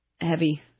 heavy